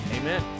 Amen